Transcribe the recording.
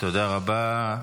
תודה רבה.